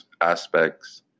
aspects